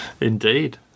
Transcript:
Indeed